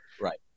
Right